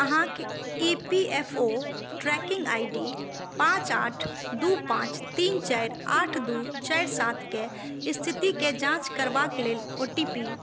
अहाँक E P F O tracking I D पाँच आठ दू पाँच तीन चारि आठ दू चारि सातके स्थितिके जाँच करबाक लेल ओ टी पी